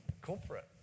corporate